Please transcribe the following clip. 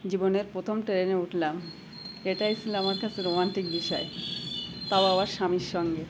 জীবনের প্রথম ট্রেনে উঠলাম এটাই ছো আমার কাছে রোমান্টিক বিষয় তাও আবার স্বামীর সঙ্গে